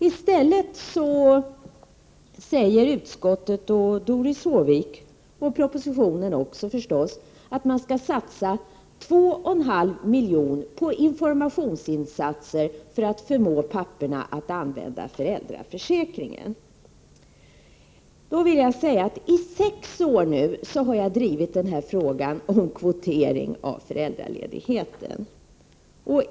I stället säger utskottet och Doris Håvik — det sägs naturligtvis också i propositionen — att man skall satsa 2,5 miljoner på informationsinsatser för att förmå papporna att använda föräldraförsäkringen. I sex år har jag drivit den här frågan om kvotering av föräldraledigheten.